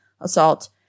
assault